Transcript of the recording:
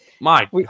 Mike